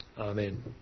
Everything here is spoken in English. Amen